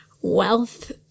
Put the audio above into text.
wealth